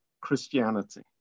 Christianity